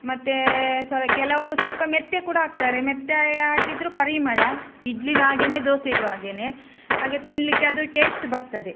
ಮತ್ತೆ ಸ್ವಲ್ಪ ಕೆಲವರು ಸ್ವಲ್ಪ ಮೆಂತ್ಯ ಕೂಡ ಹಾಕ್ತಾರೆ ಮೆಂತ್ಯ ಹಾಕಿದರು ಪರಿಮಳ ಇಡ್ಲಿಗೆ ಹಾಗೆಯೇ ದೋಸೆಗೂ ಹಾಗೆಯೇ ಹಾಗೆ ತಿನ್ನಲಿಕ್ಕೆ ಅದು ಟೇಸ್ಟ್ ಬರ್ತದೆ